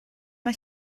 mae